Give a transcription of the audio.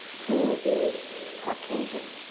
who is caucasian.